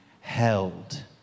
held